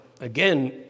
again